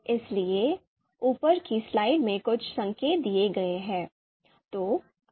इसलिए ऊपर की स्लाइड में कुछ संकेत दिए गए हैं